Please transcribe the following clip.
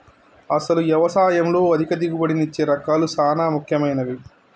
అసలు యవసాయంలో అధిక దిగుబడినిచ్చే రకాలు సాన ముఖ్యమైనవి